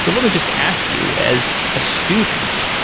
so let me just ask you as a student.